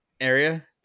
area